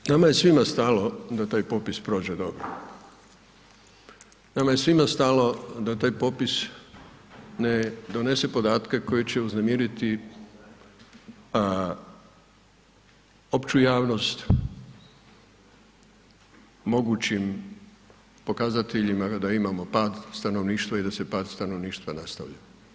Za kraj, nama je svima stalo da taj popis prođe dobro, nama je svima stalo da taj popis ne donese podatke koji će uznemiriti opću javnost mogućim pokazateljima da imamo pad stanovništva i da se pad stanovništva nastavlja.